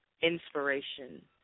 inspiration